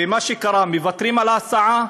ומה שקרה, מוותרים על ההסעה,